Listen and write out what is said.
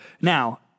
Now